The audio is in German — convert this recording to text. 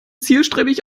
zielstrebig